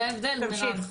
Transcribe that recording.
זה ההבדל, מירב.